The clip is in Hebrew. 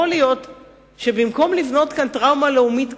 יכול להיות שבמקום לבנות כאן טראומה לאומית גדולה,